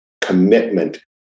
commitment